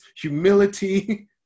humility